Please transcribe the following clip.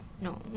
No